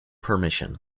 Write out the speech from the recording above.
permission